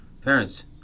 parents